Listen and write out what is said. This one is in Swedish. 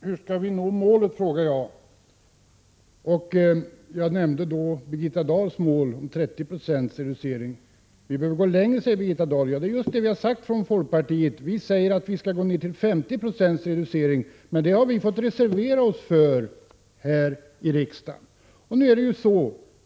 Herr talman! Jag frågade hur vi skall nå målet, och jag nämnde Birgitta Dahls mål på 30 96 reducering. Vi behöver gå längre, säger Birgitta Dahl. Ja, det är just det som vi från folkpartiet har sagt. Vi säger att vi skall komma fram till 50 20 reducering. Men det har vi fått reservera oss för här i riksdagen.